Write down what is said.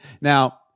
Now